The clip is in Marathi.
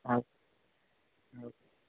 हां